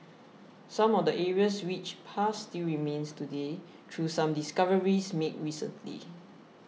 some of the area's rich past still remains today through some discoveries made recently